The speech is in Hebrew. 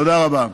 תודה רבה.